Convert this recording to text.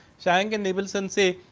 schank and abelson say,